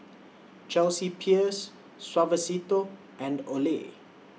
Chelsea Peers Suavecito and Olay